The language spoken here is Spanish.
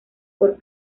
por